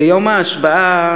ביום ההשבעה,